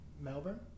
Melbourne